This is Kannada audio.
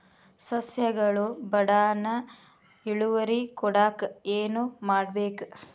ಸಸ್ಯಗಳು ಬಡಾನ್ ಇಳುವರಿ ಕೊಡಾಕ್ ಏನು ಮಾಡ್ಬೇಕ್?